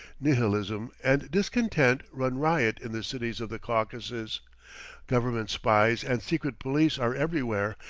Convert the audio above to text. nihilism and discontent run riot in the cities of the caucasus government spies and secret police are everywhere,